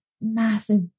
massive